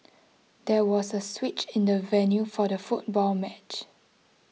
there was a switch in the venue for the football match